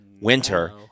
winter